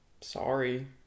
Sorry